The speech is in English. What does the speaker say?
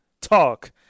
Talk